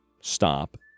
stop